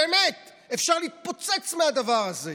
באמת, אפשר להתפוצץ מהדבר הזה.